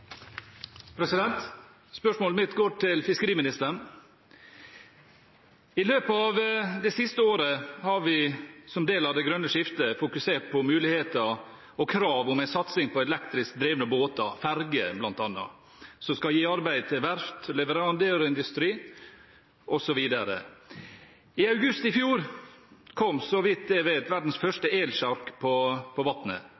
Spørsmålet mitt går til fiskeriministeren. I løpet av det siste året har vi som del av det grønne skiftet fokusert på muligheter for og krav om en satsing på elektrisk drevne båter, ferger bl.a., som skal gi arbeid til veft, leverandørindustri osv. I august i fjor kom, så vidt jeg vet, verdens